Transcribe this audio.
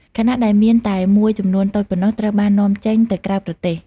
ខណៈដែលមានតែមួយចំនួនតូចប៉ុណ្ណោះត្រូវបាននាំចេញទៅក្រៅប្រទេស។